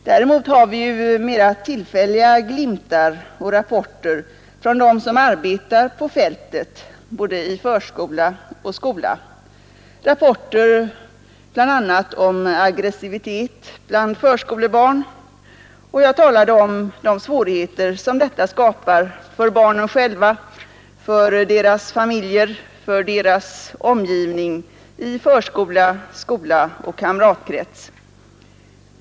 Däremot har vi fått mera tillfälliga glimtar i rapporter från dem som arbetar på fältet, både i förskola och i skola — rapporter bl.a. om aggressivitet bland förskolebarn. Jag talade om de svårigheter som detta skapar för barnen själva, för deras familjer, för deras omgivning i förskola, skola och kamratkrets.